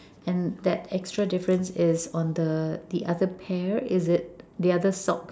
and that actual difference is on the the other pair is it the other socks